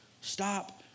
Stop